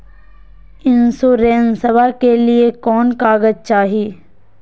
इंसोरेंसबा के लिए कौन कागज चाही?